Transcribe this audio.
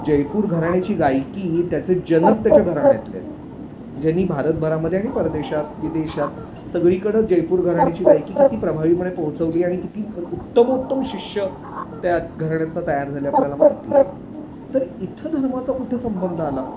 जयपूर घराण्याची गायकी त्याचे जनक त्याच्या घराण्यातले आहेत ज्यांनी भारतभरामध्ये आणि परदेशात विदेशात सगळीकडं जयपूर घराण्याची गायकी किती प्रभावीपणे पोचवली आणि किती उ उत्तमोत्तम शिष्य त्यात घराण्यातून तयार झाले आपल्याला माहिती आहे तर इथं धर्माचा कुठं संबंध आला